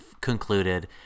concluded